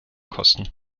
kosten